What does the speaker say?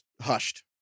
hushed